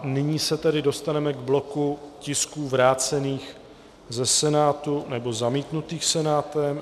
Nyní se tedy dostaneme k bloku tisků vrácených ze Senátu nebo zamítnutých Senátem.